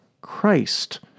Christ